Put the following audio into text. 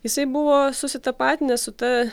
jisai buvo susitapatinęs su ta